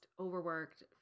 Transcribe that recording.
overworked